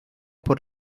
por